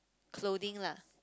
clothing lah